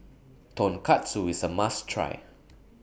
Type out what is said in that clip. Tonkatsu IS A must Try